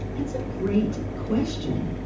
it's a great question.